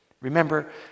Remember